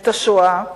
את השואה,